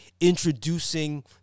introducing